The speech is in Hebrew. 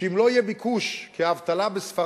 הוא שאם לא יהיה ביקוש, כי האבטלה בספרד